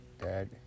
Dad